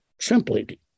simply